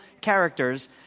characters